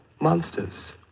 monsters